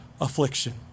affliction